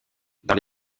dans